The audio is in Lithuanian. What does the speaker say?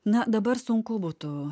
na dabar sunku būtų